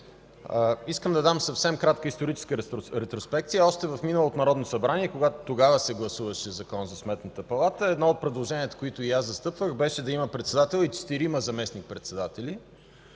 Искам да дам съвсем кратка историческа ретроспекция. Още в миналото Народно събрание, тогава, когато се гласуваше Закон за Сметната палата, едно от предложенията, които и аз застъпвах, беше да има председател и четирима заместник-председатели